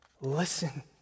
Listen